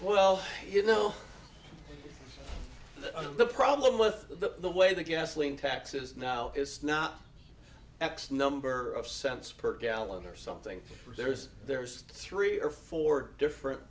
well you know the problem with the way the gasoline taxes now it's not x number of cents per gallon or something there's there's three or four different